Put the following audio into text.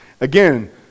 Again